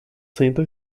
sentam